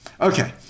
Okay